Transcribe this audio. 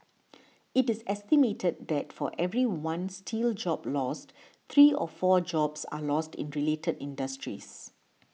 it is estimated that for every one steel job lost three or four jobs are lost in related industries